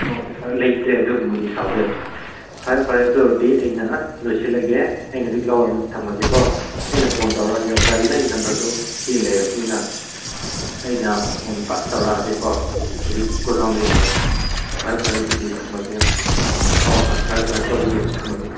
ꯑꯣ ꯐꯔꯦ ꯂꯩꯇ꯭ꯔꯦ ꯑꯗꯨꯒꯨꯝꯕꯗꯤ ꯁꯥꯎꯕ ꯌꯥꯗ꯭ꯔꯦ ꯐꯔꯦ ꯐꯔꯦ ꯑꯗꯨꯑꯣꯏꯔꯗꯤ ꯑꯩꯅ ꯂꯣꯏꯁꯤꯜꯂꯒꯦ ꯑꯩꯅ ꯍꯧꯖꯤꯛ ꯂꯧꯔ ꯊꯝꯃꯒꯦꯀꯣ ꯑꯩꯅ ꯐꯣꯟ ꯇꯧꯔꯛꯑꯒꯦ ꯑꯣꯖꯥꯒꯤ ꯅꯪꯒꯤ ꯅꯝꯕꯔꯗꯣ ꯁꯤ ꯂꯩꯔꯕꯅꯤꯅ ꯑꯩꯅ ꯐꯣꯟ ꯐꯠ ꯇꯧꯔꯛꯑꯒꯦꯀꯣ ꯍꯧꯖꯤꯛ ꯒꯣꯗꯥꯎꯟꯗꯩ ꯂꯧꯔꯒ ꯐꯔꯦ ꯐꯔꯦ ꯑꯗꯨꯗꯤ ꯊꯝꯃꯒꯦ ꯍꯣꯏ ꯍꯣꯏ ꯐꯔꯦ ꯐꯔꯦꯀꯣ ꯑꯗꯨꯗꯤ ꯊꯝꯃꯒꯦ